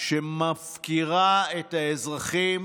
שמפקירה את האזרחים.